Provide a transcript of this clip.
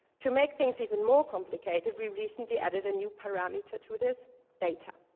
to make things even more complicated, we recently added a new parameter to this data.